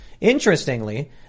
Interestingly